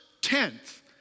tenth